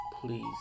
please